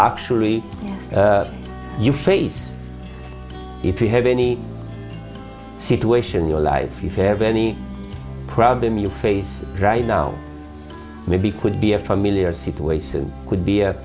actually you face if you have any situation your life you have any problem you face right now maybe could be a familiar situation would be